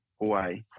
Hawaii